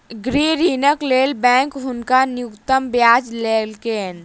गृह ऋणक लेल बैंक हुनका न्यूनतम ब्याज लेलकैन